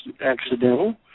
accidental